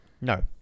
no